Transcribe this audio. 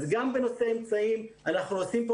אז גם בנושא אמצעים אנחנו עושים פה